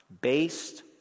based